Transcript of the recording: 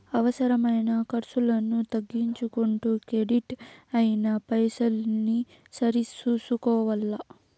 అవసరమైన కర్సులను తగ్గించుకుంటూ కెడిట్ అయిన పైసల్ని సరి సూసుకోవల్ల